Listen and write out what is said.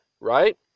right